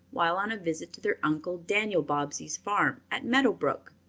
while on a visit to their uncle daniel bobbsey's farm at meadow brook.